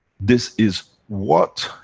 this is what,